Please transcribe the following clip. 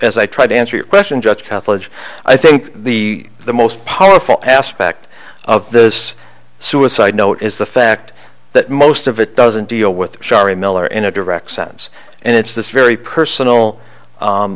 as i try to answer your question judge how fledge i think the the most powerful aspect of this suicide note is the fact that most of it doesn't deal with shari miller in a direct sense and it's this very personal